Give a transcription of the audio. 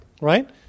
right